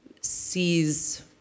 sees